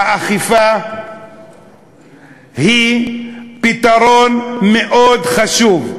האכיפה היא פתרון מאוד חשוב,